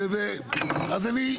אז אני,